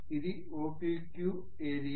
ఇది OPQ area